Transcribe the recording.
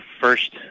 first